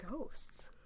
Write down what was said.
ghosts